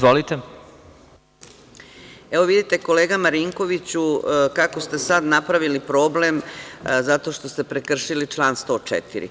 Vidite, kolega Marinkoviću, kako ste sad napravili problem zato što ste prekršili član 104.